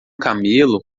camelo